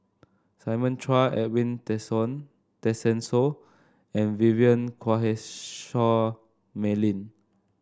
Simon Chua Edwin Tessensohn and Vivien Quahe Seah Mei Lin